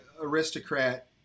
aristocrat